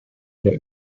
der